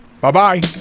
Bye-bye